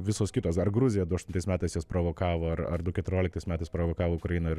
visos kitos ar gruzija du aštuntais metais juos provokavo ar ar du keturioliktais metais provokavo ukraina ir